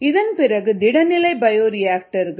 இதன்பிறகு திட நிலை பயோரியாக்டர்கள்